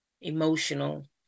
emotional